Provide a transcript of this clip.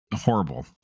Horrible